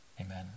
Amen